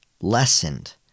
lessened